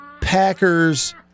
Packers